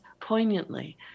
poignantly